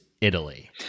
Italy